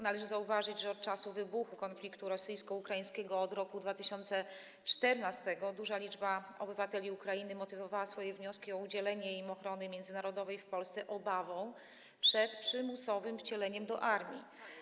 Należy zauważyć, że od czasu wybuchu konfliktu rosyjsko-ukraińskiego, od roku 2014, duża liczba obywateli Ukrainy motywowała swoje wnioski o udzielenie ochrony międzynarodowej w Polsce obawą przed przymusowym wcieleniem do armii.